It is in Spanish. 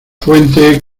fuente